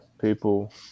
people